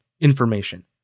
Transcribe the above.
information